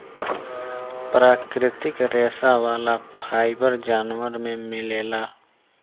प्राकृतिक रेशा वाला फाइबर जानवर में मिलेला